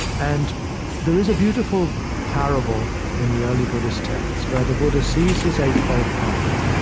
and there is a beautiful parable in the early buddhist texts where the buddha sees his eightfold path,